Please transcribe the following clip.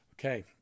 Okay